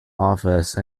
office